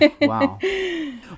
wow